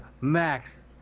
Max